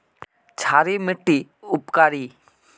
क्षारी मिट्टी उपकारी?